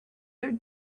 their